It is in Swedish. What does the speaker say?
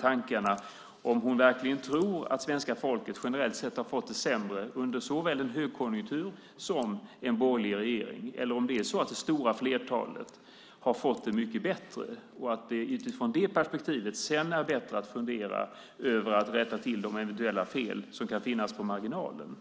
tankarna om hon verkligen tror att svenska folket generellt sett har fått det sämre under såväl en högkonjunktur som en borgerlig regering, eller om det är så att det stora flertalet har fått det mycket bättre och att det utifrån det perspektivet sedan är bättre att fundera över att rätta till de eventuella fel som kan finnas på marginalen.